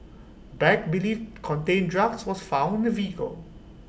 bag believed contain drugs was found the vehicle